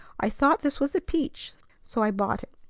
i thought this was a peach so i bought it.